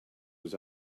was